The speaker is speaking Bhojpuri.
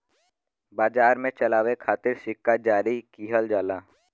बाजार के चलावे खातिर सिक्का जारी किहल जाला